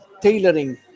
tailoring